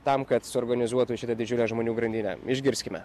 tam kad suorganizuotų šitą didžiulę žmonių grandinę išgirskime